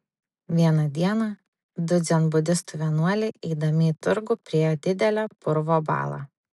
vieną dieną du dzenbudistų vienuoliai eidami į turgų priėjo didelę purvo balą